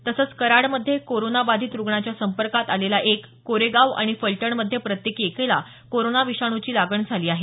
तसंच कराड मध्ये कोरोना बाधीत रुग्णाच्या संपर्कात आलेला एक कोरेगाव आणि फलटण मध्ये प्रत्येकी एकाला कोरोना विषाणूची लागण झाली आहे